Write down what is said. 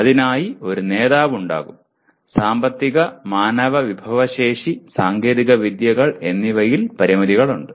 അതിനായി ഒരു നേതാവ് ഉണ്ടാകും സാമ്പത്തിക മാനവ വിഭവശേഷി സാങ്കേതികവിദ്യകൾ എന്നിവയിൽ പരിമിതികളുണ്ട്